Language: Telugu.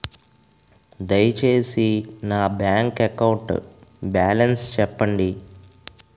దయచేసి నా బ్యాంక్ అకౌంట్ బాలన్స్ చెప్పండి